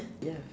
ya